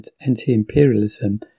anti-imperialism